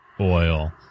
oil